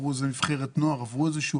שעברו איזה נבחרת נוער.